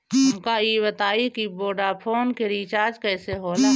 हमका ई बताई कि वोडाफोन के रिचार्ज कईसे होला?